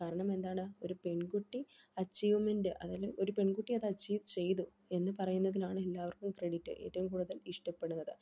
കാരണം എന്താണ് ഒരു പെൺകുട്ടി അച്ചീവ്മെൻ്റ് അതല്ലെങ്കിൽ ഒരു പെൺകുട്ടി അത് അച്ചീവ് ചെയ്തു എന്നു പറയുന്നതിലാണ് എല്ലാവർക്കും ക്രെഡിറ്റ് ഏറ്റവും കൂടുതൽ ഇഷ്ടപ്പെടുന്നത്